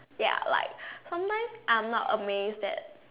ya like sometime sia I am not amazed at